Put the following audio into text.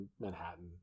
Manhattan